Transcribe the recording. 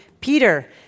Peter